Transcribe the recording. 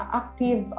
active